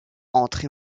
entré